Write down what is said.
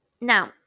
Now